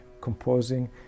composing